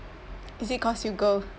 is it cause you girl